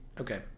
Okay